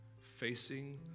facing